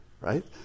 right